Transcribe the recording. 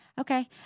Okay